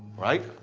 right?